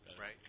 Right